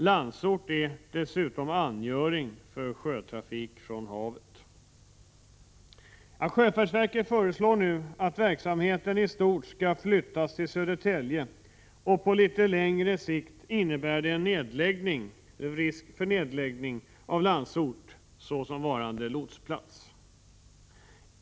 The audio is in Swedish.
Landsort är dessutom angöringspunkt för sjötrafik från havet. Sjöfartsverket föreslår nu att verksamheten i stort skall flyttas till Södertälje och på litet sikt innebär det en nedläggning av Landsort som lotsplats.